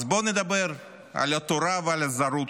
אז בואו נדבר על התורה ועל הזרות,